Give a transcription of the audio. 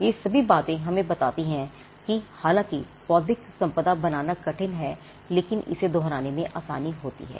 ये सभी बातें हमें बताती हैं कि हालांकि बौद्धिक सम्पदा बनाना कठिन है लेकिन इसे दोहराने में आसानी होती है